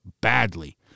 badly